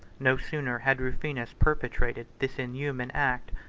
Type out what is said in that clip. no sooner had rufinus perpetrated this inhuman act,